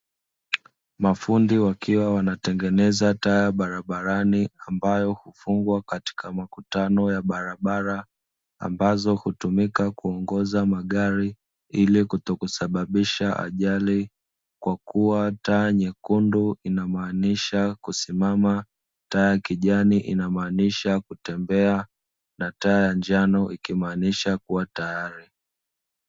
Mafundi wakiwa wanatengeneza taa barabarani, ambayo hufungwa katika makutano ya barabara, ambazo hutumika kuongoza magari ili kutokusababisha ajali, kwa kuwa taa nyekundu inamaanisha kusimama, taa ya kijani inamaanisha kutembea, na taa njano ikimaanisha kuwa tayari.